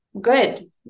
good